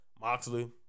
Moxley